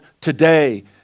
today